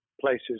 places